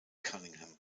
cunningham